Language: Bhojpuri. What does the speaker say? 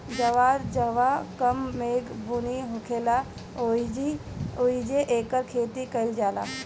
जवार जहवां कम मेघ बुनी होखेला ओहिजे एकर खेती कईल जाला